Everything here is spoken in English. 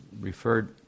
referred